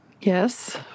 yes